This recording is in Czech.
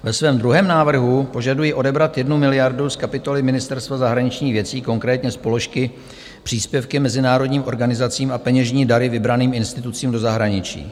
Ve svém druhém návrhu požaduji odebrat 1 miliardu z kapitoly Ministerstva zahraničních věcí, konkrétně z položky Příspěvky mezinárodním organizacím a peněžní dary vybraným institucím do zahraničí.